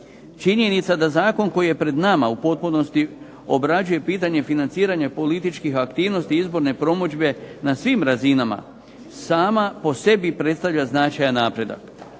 Činjenica da zakon koji je pred nama u potpunosti obrađuje pitanje financiranje političke aktivnosti, izborne promidžbe na svim razinama. Sama po sebi predstavlja značajan napredak,